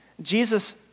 Jesus